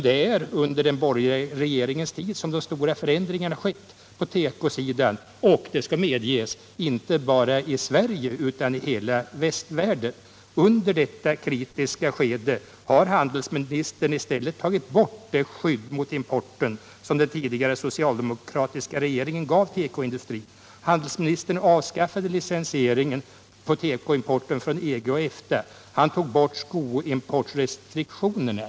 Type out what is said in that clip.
Det är under den borgerliga regeringens tid som den stora förändringen har skett på tekosidan och — det skall medges — inte bara i Sverige, utan i hela västvärlden. Under detta kritiska skede har handelsministern tagit bort det skydd mot importen som den tidigare socialdemokratiska regeringen gav tekoindustrin. Handelsministern har avskaffat licensieringen på tekoimporten från EG och EFTA-länderna och han har tagit bort skoimportrestriktionerna.